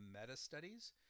meta-studies